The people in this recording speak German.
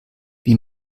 wie